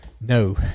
no